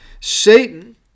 Satan